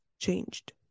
changed